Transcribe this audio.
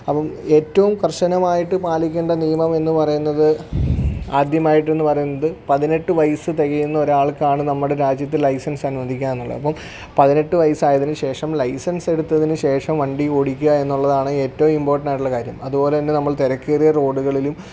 അപ്പം ഏറ്റവും കർശനമായിട്ട് പാലിക്കേണ്ട നിയമം എന്ന് പറയുന്നത് ആദ്യമായിട്ട് എന്ന് പറയുന്നത് പതിനെട്ട് വയസ്സ് തികയുന്ന ഒരാൾക്കാണ് നമ്മുടെ രാജ്യത്ത് ലൈസൻസ് അനുവദിക്കുക എന്നുള്ളത് അപ്പം പതിനെട്ട് വയസ്സായതിനു ശേഷം ലൈസൻസ് എടുത്തതിനുശേഷം വണ്ടി ഓടിക്കുക എന്നുള്ളതാണ് ഏറ്റവും ഇമ്പോട്ടൻ്റ് ആയിട്ടുള്ള കാര്യം അതുപോലെ തന്നെ നമ്മൾ തിരക്കേറിയ റോഡുകളിലും